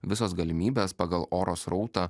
visos galimybės pagal oro srautą